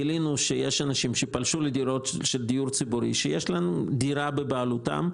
גילינו שיש אנשים שפלשו לדירות של דיור ציבורי שיש להם דירה בבעלותם,